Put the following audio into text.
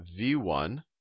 V1